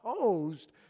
opposed